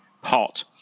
pot